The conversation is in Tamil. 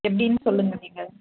எப்படின்னு சொல்லுங்க நீங்கள்